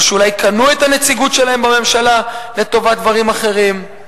או שאולי קנו את הנציגות שלהם בממשלה לטובת דברים אחרים.